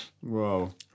Whoa